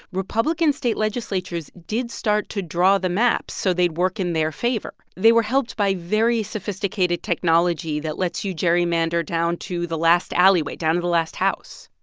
republican state legislatures did start to draw the map so they'd work in their favor. they were helped by very sophisticated technology that lets you gerrymander down to the last alleyway, down to the last house.